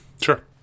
Sure